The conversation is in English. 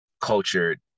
cultured